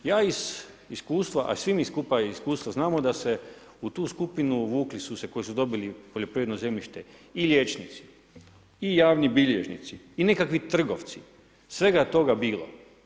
Ja iz iskustva, a svi mi skupa iz iskustva znamo da u tu skupinu uvukli su se, koji su dobili poljoprivredno zemljište i liječnici i javni bilježnici i nekakvi trgovci, svega je toga bilo.